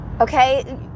Okay